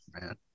man